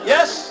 Yes